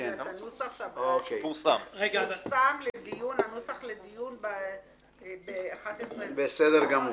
אלא את הנוסח שפורסם לדיון ב-11 בדצמבר,